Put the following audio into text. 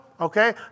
okay